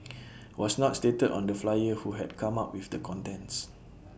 was not stated on the flyer who had come up with the contents